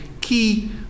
key